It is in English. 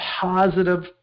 positive